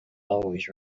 always